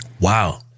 Wow